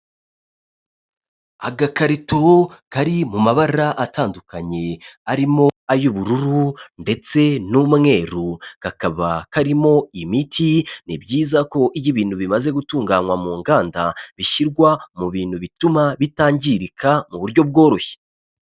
Agakarito kari mu mabara atandukanye arimo ay'ubururu ndetse n'umweru kakaba karimo imiti, ni byiza ko iyo ibintu bimaze gutunganywa mu nganda bishyirwa mu bintu bituma bitangirika mu buryo bworoshye.